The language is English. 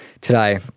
today